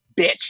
bitch